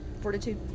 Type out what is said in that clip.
Fortitude